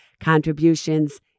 contributions